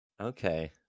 Okay